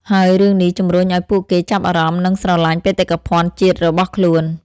ហើយរឿងនេះជំរុញឱ្យពួកគេចាប់អារម្មណ៍និងស្រឡាញ់បេតិកភណ្ឌជាតិរបស់ខ្លួន។